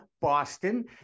Boston